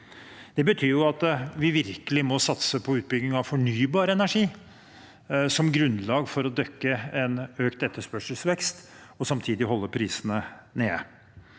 Det betyr at vi virkelig må satse på utbygging av fornybar energi som grunnlag for å dekke en økt etterspørselsvekst og samtidig holde prisene nede.